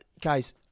guys